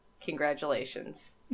Congratulations